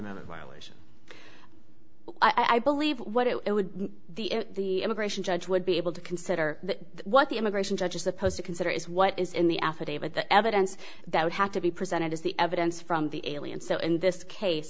another violation i believe what it would the immigration judge would be able to consider that what the immigration judges supposed to consider is what is in the affidavit the evidence that would have to be presented as the evidence from the alien so in this case